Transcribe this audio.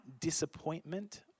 disappointment